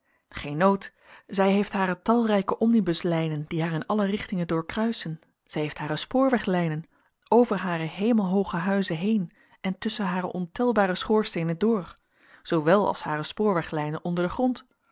geen nood zij heeft hare talrijke omnibus lijnen die haar in alle richtingen doorkruisen zij heeft hare spoorweg lijnen over hare hemelhooge huizen heen en tusschen hare ontelbare schoorsteenen door zoowel als hare spoorweglijnen onder den grond